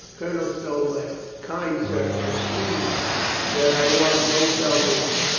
colonel stow laughed. kind sir, conceive that i want no salvation.